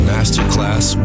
Masterclass